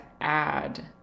add